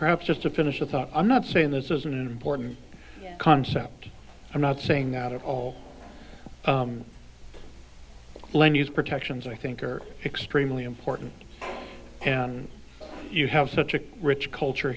perhaps just to finish a thought i'm not saying this is an important concept i'm not saying that all land use protections i think are extremely important and you have such a rich culture